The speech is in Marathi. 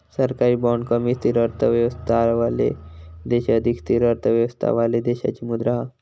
सरकारी बाँड कमी स्थिर अर्थव्यवस्थावाले देश अधिक स्थिर अर्थव्यवस्थावाले देशाची मुद्रा हा